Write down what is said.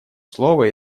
слово